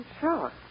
Sure